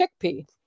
chickpea